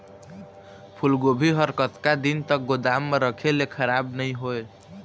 फूलगोभी हर कतका दिन तक गोदाम म रखे ले खराब नई होय?